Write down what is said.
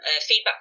feedback